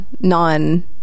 non-